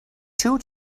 two